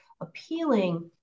appealing